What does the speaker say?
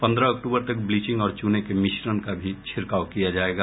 पन्द्रह अक्तूबर तक ब्लीचिंग और चूने के मिश्रन का भी छिड़काव किया जायेगा